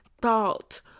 thought